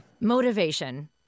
Motivation